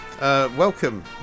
Welcome